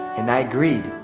and i agreed.